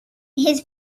his